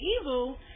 evil